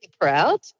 proud